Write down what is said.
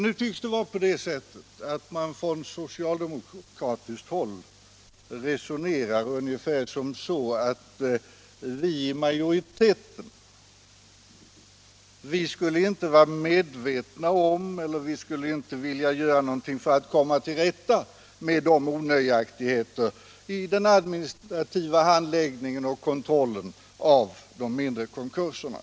ningen Nu tycks man på socialdemokratiskt håll vilja göra gällande att vi i majoriteten inte är medvetna om eller vi!l göra någonting för att komma till rätta med onöjaktigheterna i den administrativa handläggningen och kontrollen av de mindre konkurserna.